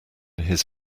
his